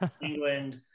england